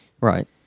Right